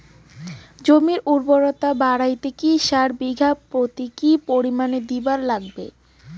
জমির উর্বরতা বাড়াইতে কি সার বিঘা প্রতি কি পরিমাণে দিবার লাগবে?